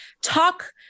talk